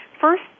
First